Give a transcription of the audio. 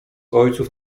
ojców